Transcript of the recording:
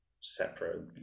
separate